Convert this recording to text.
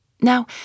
Now